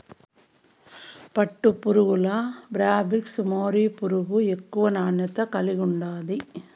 పట్టుపురుగుల్ల Bombyx mori పురుగు ఎక్కువ నాణ్యత కలిగుండాది